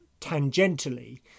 tangentially